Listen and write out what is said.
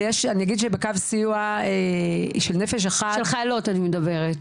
אני אגיד שבקו סיוע של "נפש אחת" --- של חיילות אני מדברת,